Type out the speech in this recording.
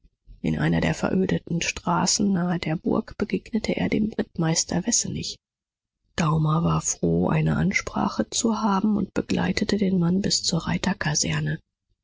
in einer der verödeten straßen nahe der burg begegnete er dem rittmeister wessenig daumer war froh eine ansprache zu haben und begleitete den mann bis zur